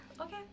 Okay